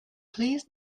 please